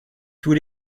tous